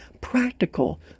practical